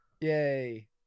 Yay